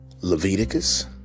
Leviticus